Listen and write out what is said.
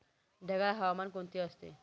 ढगाळ हवामान कोणते असते?